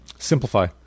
Simplify